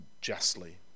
justly